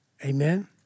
Amen